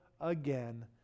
again